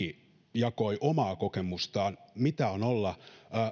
jakoi omaa kokemustaan mitä on olla